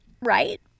Right